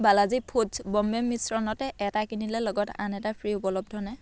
Balaji foods Bombay মিশ্ৰণত 'এটা কিনিলে লগত আন এটা ফ্ৰী' উপলব্ধনে